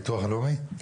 ירושלים.